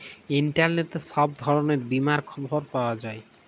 ইলটারলেটে ছব ধরলের বীমার খবর পাউয়া যায়